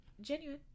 genuine